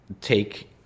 take